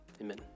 Amen